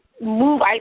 move